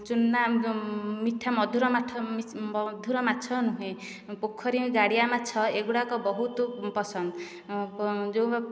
ଚୁନା ମିଠା ମଧୁର ମଧୁର ମାଛ ନୁହେଁ ପୋଖରୀ ଗାଡ଼ିଆ ମାଛ ଏହି ଗୁଡ଼ିକ ବହୁତ ପସନ୍ଦ ଯେଉଁ